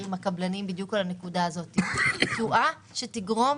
עם הקבלנים בדיוק על הנקודה הזאת - תשואה שתגרום